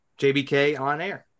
jbkonair